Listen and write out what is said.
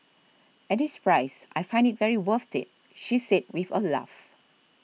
at this price I find it very worth it she said with a laugh